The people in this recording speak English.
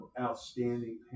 outstanding